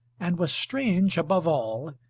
and was strange, above all,